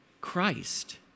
Christ